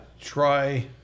Try